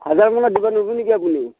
হাজাৰ মানত দিব নোৱাৰিব নেকি আপুনি